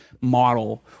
model